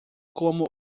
como